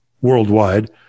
worldwide